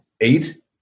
eight